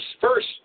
first